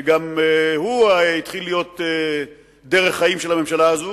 שגם הוא התחיל להיות דרך חיים של הממשלה הזו,